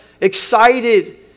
excited